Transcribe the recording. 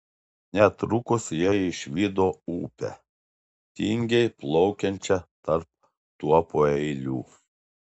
netrukus jie išvydo upę tingiai plaukiančią tarp tuopų eilių